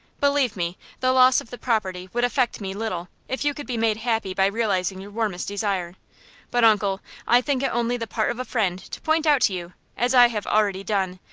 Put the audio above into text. believe me, the loss of the property would affect me little, if you could be made happy by realizing your warmest desire but, uncle, i think it only the part of a friend to point out to you, as i have already done,